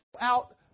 out